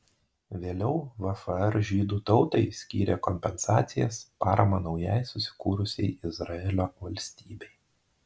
vėliau vfr žydų tautai skyrė kompensacijas paramą naujai susikūrusiai izraelio valstybei